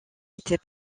était